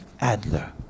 Adler